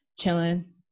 chilling